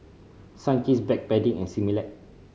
Sunkist Backpedic and Similac